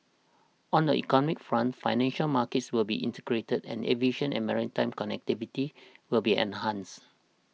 on the economic front financial markets will be integrated and aviation and maritime connectivity will be enhanced